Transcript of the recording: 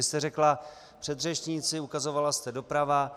Vy jste řekla předřečníci, ukazovala jste doprava.